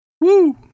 Woo